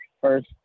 first